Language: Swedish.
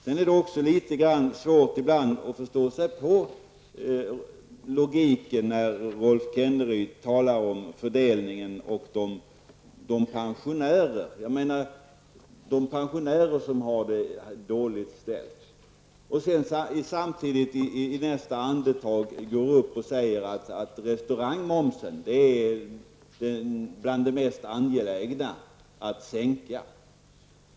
Ibland är det också lite svårt att förstå logiken. Rolf Kenneryd talar om fördelningen och om de pensionärer som har det dåligt ställt, men i nästa andetag säger han att restaurangmomsen är bland det mest angelägna att sänka.